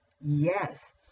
Yes